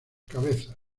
cabezas